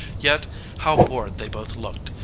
yet how bored they both looked,